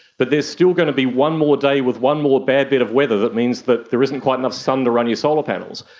but there's still going to be one more day with one more bad bit of weather which means that there isn't quite enough sun to run your solar panels.